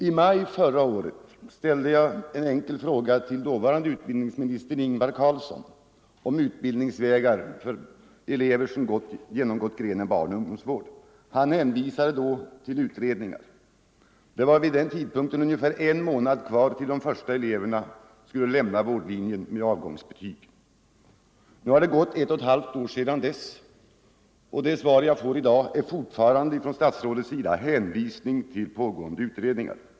I maj förra året ställde jag en enkel fråga till dåvarande utbildningsministern Ingvar Carlsson om utbildningsvägar för elever som genomgått grenen barnaoch ungdomsvård. Han hänvisade då till utredningar. Det var vid den tidpunkten ungefär en månad kvar till dess att de första eleverna skulle lämna vårdlinjen med avgångsbetyg. Nu har det gått ett och ett halvt år sedan dess, och det svar jag får i dag från statsrådet är fortfarande hänvisning till pågående utredningar.